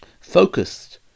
focused